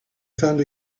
found